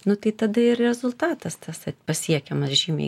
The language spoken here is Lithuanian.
nu tai tada ir rezultatas tas pasiekiamas žymiai